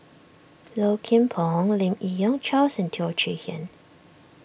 Low Kim Pong Lim Yi Yong Charles and Teo Chee Hean